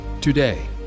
Today